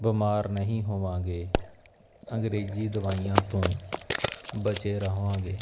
ਬਿਮਾਰ ਨਹੀਂ ਹੋਵਾਂਗੇ ਅੰਗਰੇਜ਼ੀ ਦਵਾਈਆਂ ਤੋਂ ਬਚੇ ਰਹਾਂਗੇ